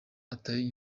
atari